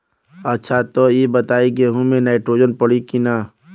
अच्छा त ई बताईं गेहूँ मे नाइट्रोजन पड़ी कि ना?